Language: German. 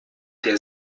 der